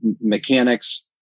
mechanics